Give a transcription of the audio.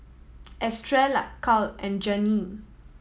Estrella Cal and Janene